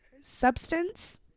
substance